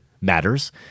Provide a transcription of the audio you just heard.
matters